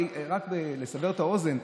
רק לסבר את האוזן,